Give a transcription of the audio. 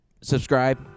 Subscribe